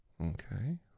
Okay